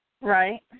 Right